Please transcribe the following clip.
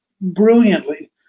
brilliantly